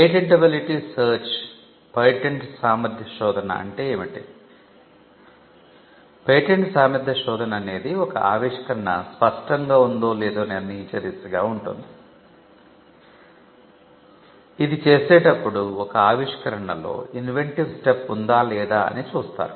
patentability search ఉందా లేదా అని చూస్తారు